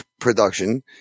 production